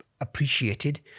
appreciated